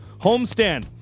homestand